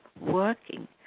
working